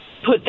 Put